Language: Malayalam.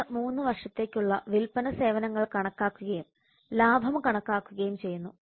അടുത്ത 3 വർഷത്തേക്കുള്ള വിൽപ്പന സേവനങ്ങൾ കണക്കാക്കുകയും ലാഭം കണക്കാക്കുകയും ചെയ്യുന്നു